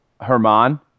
Herman